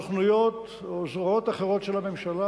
וסוכנויות או זרועות אחרות של הממשלה,